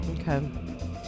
Okay